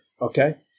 okay